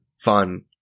fun